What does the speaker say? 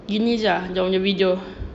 gini jer ah dia orang punya video